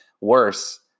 worse